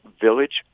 village